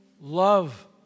love